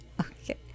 Okay